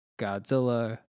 Godzilla